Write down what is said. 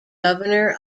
governor